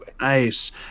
Nice